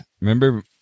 Remember